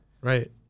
Right